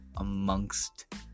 amongst